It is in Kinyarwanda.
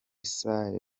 salle